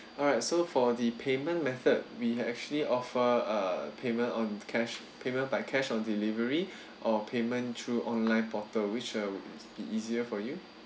alright so for the payment method we actually offer uh payment on cash payment by cash on delivery or payment through online portal which uh will be easier for you